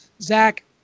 Zach